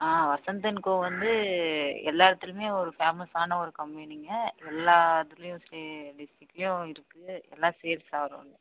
ah Vasanth and co வந்து எல்லா இடத்துலயுமே ஒரு ஃபேமஸான கம்பெனிங்க எல்லா இதுலேயும் டிஸ்ட்டிக்லேயும் இருக்குது எல்லாம் சேல்ஸ்